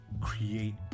create